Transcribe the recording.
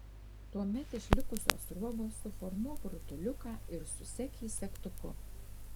tuomet iš likusios sruogos suformuok rutuliuką ir susek jį segtuku